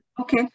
Okay